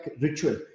ritual